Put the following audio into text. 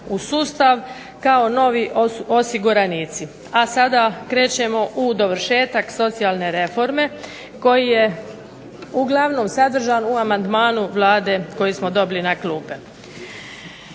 u sustav kao novi osiguranici, a sada krećemo u dovršetak socijalne reforme koji je uglavnom sadržan u amandmanu Vlade koji smo dobili na klupe.